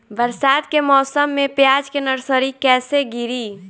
बरसात के मौसम में प्याज के नर्सरी कैसे गिरी?